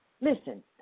Listen